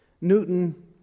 Newton